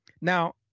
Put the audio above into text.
Now